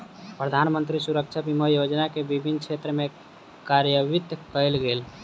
प्रधानमंत्री सुरक्षा बीमा योजना के विभिन्न क्षेत्र में कार्यान्वित कयल गेल